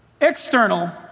external